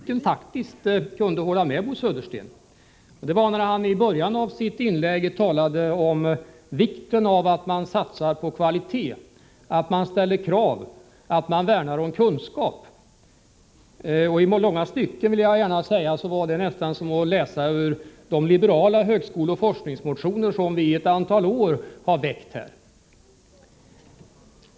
Herr talman! Jag var av två skäl litet tveksam till om jag skulle ta till orda för att polemisera mot Bo Södersten. För det första hade det kanske varit bäst om vi hade fått en intern socialdemokratisk debatt, som i och för sig hade varit intressant. För det andra kunde jag faktiskt i långa stycken hålla med Bo Södersten. Det gällde när han i början av sitt inlägg talade om vikten av att satsa på kvalitet, ställa krav, värna om kunskap. I långa stycken var det nästan som att läsa ur de liberala högskoleoch forskningsmotioner som vi i ett antal år har väckt här i riksdagen.